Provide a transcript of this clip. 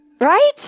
Right